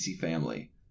family